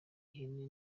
ihene